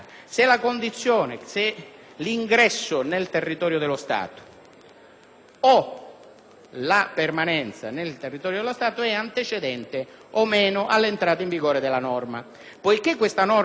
e la permanenza nel territorio dello Stato sia antecedente o meno all'entrata in vigore della norma. Poiché questa norma, correttamente, non si applica alla condizione diversa, cioè al respingimento alla frontiera,